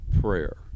prayer